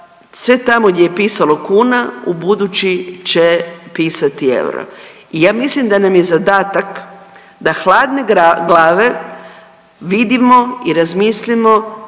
Sve tamo gdje je pisalo kuna, ubudući će pisati euro i ja mislim da nam je zadatak da hladne glave vidimo i razmislimo